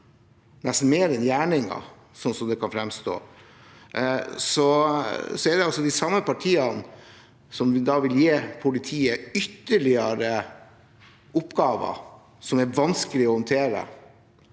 nesten mer enn gjerninger, sånn det kan fremstå – er de samme partiene som vil gi politiet ytterligere oppgaver som er vanskelige å håndtere,